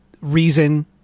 reason